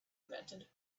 invented